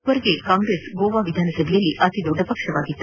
ಇದುವರೆಗೂ ಕಾಂಗ್ರೆಸ್ ಗೋವಾ ವಿಧಾನಸಭೆಯಲ್ಲಿ ಅತಿದೊಡ್ಡ ಪಕ್ಷವಾಗಿತ್ತು